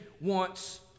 wants